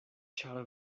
ĉar